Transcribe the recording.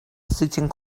sitting